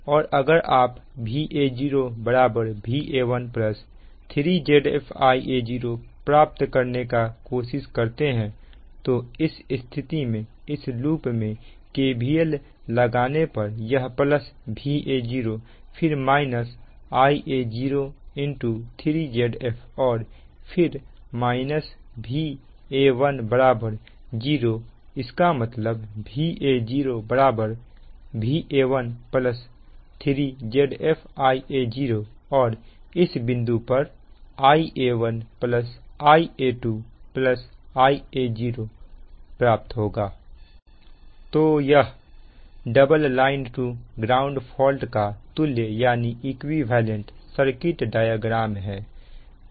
और अगर आप Va0 Va1 3 Zf Ia0 प्राप्त करने का कोशिश करते हैं तो इस स्थिति में इस लुप में KVL लगाने पर यह प्लस Va0 फिर माइनस Ia0 3Zf और फिर Va1 0 इसका मतलब Va0Va1 3Zf Ia0 और इस बिंदु पर Ia1 Ia2 Ia0 0 तो यह double line to ground fault का तुल्य सर्किट डायग्राम है